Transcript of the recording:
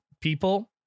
people